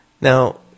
Now